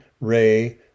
Ray